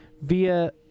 via